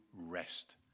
rest